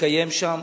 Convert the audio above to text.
שהתקיים שם